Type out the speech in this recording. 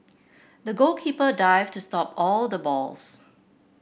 the goalkeeper dived to stop all the balls